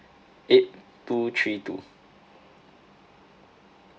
eight two three two